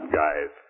guys